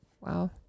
Wow